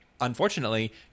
unfortunately